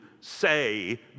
say